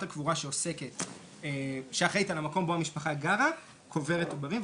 הקבורה שאחראית על המקום בו המשפחה גרה קוברת עוברים.